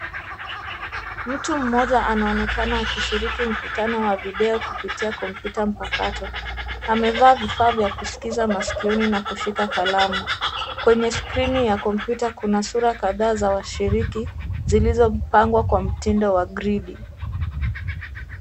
Mtu mmoja anaonekana akishiriki mkutano wa video kupitia kompyuta mpakato. Amevaa vifaa vya kusikiza masikioni na kushika kalamu. Kwenye skrini ya kompyuta kuna sura kadhaa za washiriki zilizopangwa kwa mtindo wa gridi.